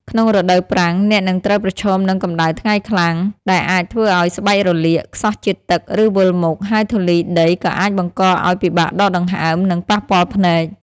ក្នុងរដូវប្រាំង អ្នកនឹងត្រូវប្រឈមនឹង កម្ដៅថ្ងៃខ្លាំង ដែលអាចធ្វើឱ្យស្បែករលាក ខ្សោះជាតិទឹក ឬវិលមុខ ហើយធូលីដីក៏អាចបង្កឱ្យពិបាកដកដង្ហើម និងប៉ះពាល់ភ្នែក។